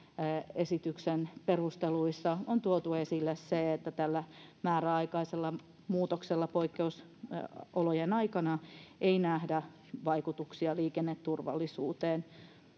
esityksen perusteluissa on tuotu esille se että tällä määräaikaisella muutoksella poikkeusolojen aikana ei nähdä vaikutuksia liikenneturvallisuuteen